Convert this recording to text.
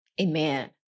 Amen